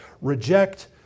reject